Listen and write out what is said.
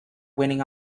winning